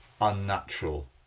unnatural